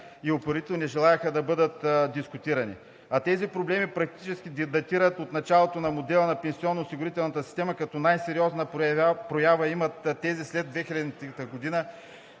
и упорито не желаеха да бъдат дискутирани. Тези проблеми практически датират от началото на модела на пенсионно-осигурителната система, като най-сериозна проява имат тези след 2000 г.,